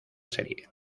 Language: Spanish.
serie